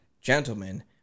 gentlemen